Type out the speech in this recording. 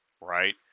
right